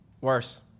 Worse